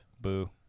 Boo